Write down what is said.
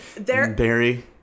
Barry